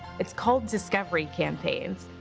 it's called discovery campaigns.